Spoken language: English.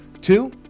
Two